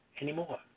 anymore